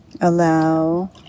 Allow